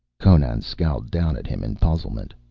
conan scowled down at him in puzzlement.